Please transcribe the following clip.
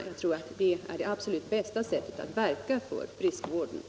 Jag tror det är det absolut bästa sättet att verka för undervisning i friskvård.